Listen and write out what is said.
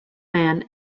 man